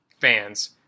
fans